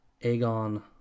Aegon